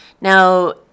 Now